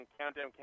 Countdown